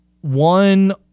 one